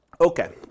Okay